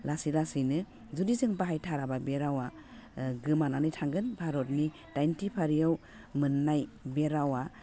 लासै लासैनो जुदि जों बाहायथाराबा बे रावा गोमानानै थांगोन भारतनि डाइनथि फारियाव मोननाय बे रावा